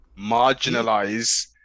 marginalize